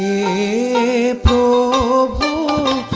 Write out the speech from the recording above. a qu